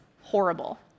horrible